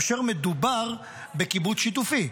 כאשר מדובר בקיבוץ שיתופי.